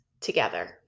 together